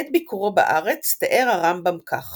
את ביקורו בארץ תיאר הרמב"ם כך